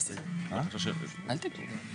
של שעה או שעתיים כל אחת,